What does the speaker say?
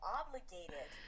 obligated